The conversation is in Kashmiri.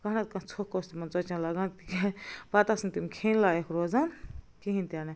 کانٛہہ نَہ تہٕ کانٛہہ ژھوٚکھ اوس تِمن ژۄچن لَگان پتہٕ آس نہٕ تِم کھیٚنۍ لایق روزان کِہیٖنۍ تہِ نہٕ